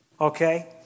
Okay